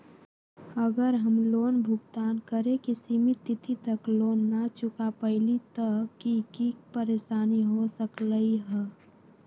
अगर हम लोन भुगतान करे के सिमित तिथि तक लोन न चुका पईली त की की परेशानी हो सकलई ह?